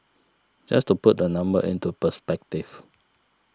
just to put the number into perspective